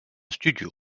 studio